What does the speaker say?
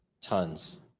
tons